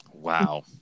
Wow